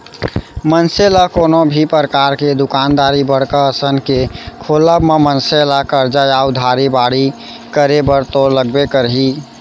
मनसे ल कोनो भी परकार के दुकानदारी बड़का असन के खोलब म मनसे ला करजा या उधारी बाड़ही करे बर तो लगबे करही